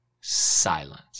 silence